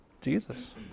Jesus